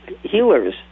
healers